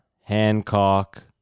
Hancock